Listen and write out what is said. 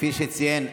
כפי שציין,